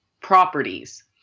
properties